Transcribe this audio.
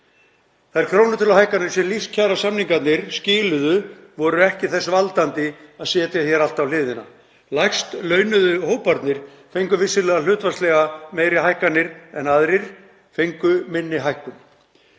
Þær krónutöluhækkanir sem lífskjarasamningarnir skiluðu voru ekki þess valdandi að setja hér allt á hliðina. Lægst launuðu hóparnir fengu vissulega hlutfallslega meiri hækkanir, aðrir fengu minni hækkun,